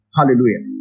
Hallelujah